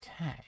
Okay